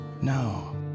No